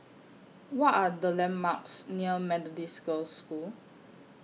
What Are The landmarks near Methodist Girls' School